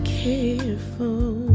careful